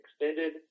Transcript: extended